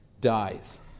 dies